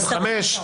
חמישה?